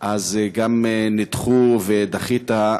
גם נדחו, דחית,